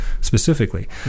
specifically